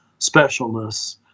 specialness